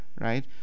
Right